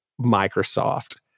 Microsoft